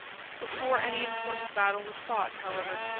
before any important battle was fought, however,